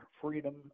freedom